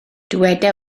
dyweda